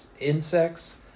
insects